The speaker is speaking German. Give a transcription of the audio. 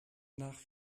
nach